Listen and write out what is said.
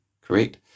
correct